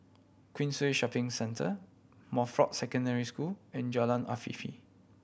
Queensway Shopping Centre Montfort Secondary School and Jalan Afifi